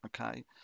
okay